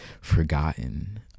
forgotten